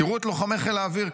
תראו את לוחמי חיל האוויר,